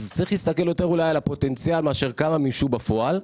אז צריך להסתכל יותר אולי על הפוטנציאל מאשר כמה מימשו בפועל,